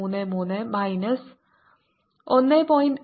33 minus 1